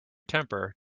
temper